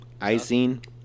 icing